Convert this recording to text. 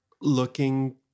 looking